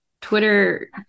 Twitter